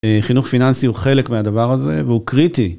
חינוך פיננסי הוא חלק מהדבר הזה והוא קריטי.